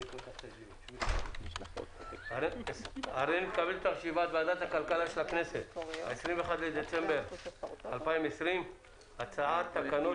היום 21 בדצמבר 2020. הנושא: הצעת תקנות